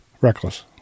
reckless